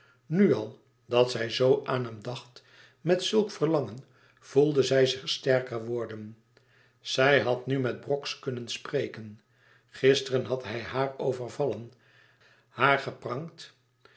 nu al dat zij zoo aan hem dacht met zulk verlangen voelde zij zich sterker worden zij had nu met brox kunnen spreken gisteren had hij haar overvallen haar